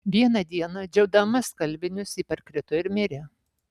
vieną dieną džiaudama skalbinius ji parkrito ir mirė